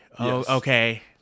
okay